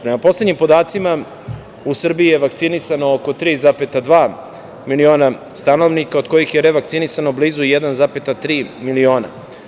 Prema poslednjim podacima u Srbiji je vakcinisano oko 3,2 miliona stanovnika, od kojih je revakcinisano blizu 1,3 miliona.